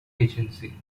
agency